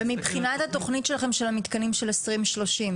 ומבחינת התכנית שלכם של המתקנים של 2030,